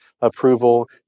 approval